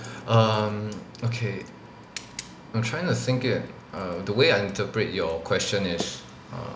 um okay I'm trying to think it err the way I interpret your question is err